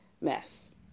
mess